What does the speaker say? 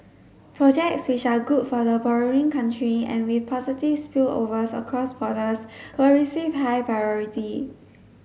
projects which are good for the borrowing country and with positive spillovers across borders will receive high priority